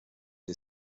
the